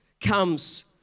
comes